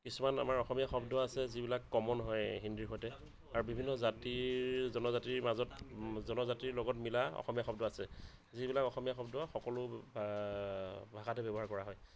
কিছুমান আমাৰ অসমীয়া শব্দ আছে যিবিলাক কমন হয় হিন্দীৰ সৈতে আৰু বিভিন্ন জাতিৰ জনজাতিৰ মাজত জনজাতিৰ লগত মিলা অসমীয়া শব্দ আছে যিবিলাক অসমীয়া শব্দ সকলো ভাষাতে ব্যৱহাৰ কৰা হয়